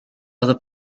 other